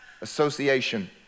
association